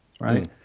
right